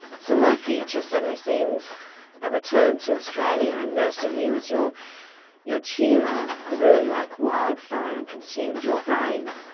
so my future suddenly seemed a return to australia and nursing you as your your tumour grew like wildfire and consumed your brain.